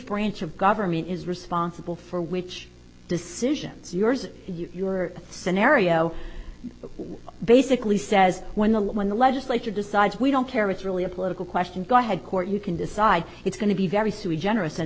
branch of government is responsible for which decisions yours your scenario basically says when the when the legislature decides we don't care it's really a political question go ahead court you can decide it's going to be very sui generous and